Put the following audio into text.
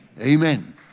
Amen